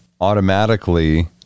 automatically